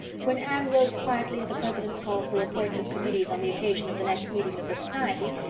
when anne rose quietly at the president's call for reports of committees on the occasion of the next meeting of the society,